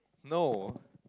no